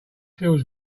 feels